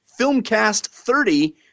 Filmcast30